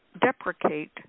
deprecate